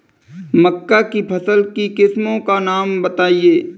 मक्का की फसल की किस्मों का नाम बताइये